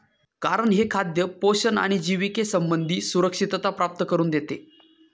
कारण हे खाद्य पोषण आणि जिविके संबंधी सुरक्षितता प्राप्त करून देते